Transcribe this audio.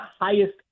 highest